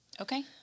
Okay